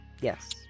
Yes